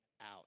out